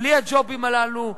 בלי הג'ובים הללו,